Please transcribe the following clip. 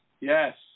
Yes